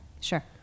sure